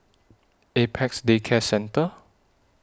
Apex Day Care Centre